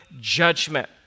judgment